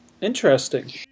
interesting